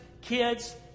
kids